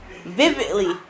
vividly